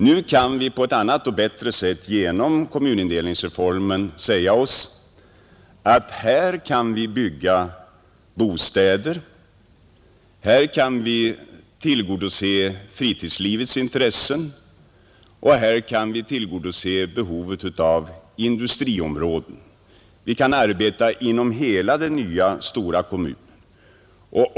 Nu kan vi på ett annat och bättre sätt genom kommunindelningsreformen planera för var vi skall bygga bostäder, var vi skall tillgodose fritidslivets intressen och var vi skall tillgodose behovet av industriområden, Vi kan arbeta inom hela den nya stora kommunen.